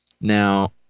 now